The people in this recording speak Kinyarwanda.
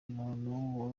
umuntu